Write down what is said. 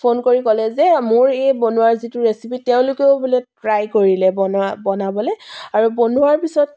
phone কৰি ক'লে যে মোৰ এই বনোৱাৰ যিটো ৰেচিপি তেওঁলোকেও বোলে ট্ৰাই কৰিলে বনোৱা বনাবলৈ আৰু বনোৱাৰ পিছত